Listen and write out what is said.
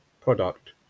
product